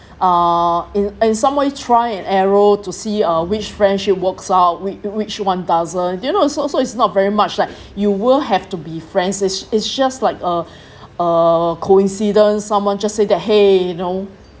uh in in some way try an error to see uh which friend should works out which one doesn't you know so so it's not very much like you will have to be friends it's it's just like a uh coincidence someone just say that !hey! you know